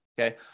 okay